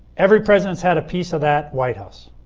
every president's had a piece of that white house.